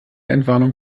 entwarnung